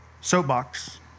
Soapbox